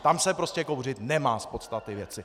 Tam se prostě kouřit nemá z podstaty věci.